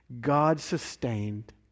God-sustained